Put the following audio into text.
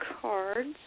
cards